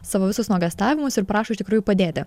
savo visus nuogąstavimus ir prašo iš tikrųjų padėti